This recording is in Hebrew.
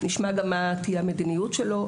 נשמע גם מה תהיה המדיניות שלו,